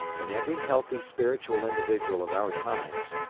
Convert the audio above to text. in every healthy spiritual individual of our times,